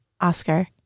Oscar